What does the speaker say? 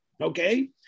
Okay